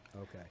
okay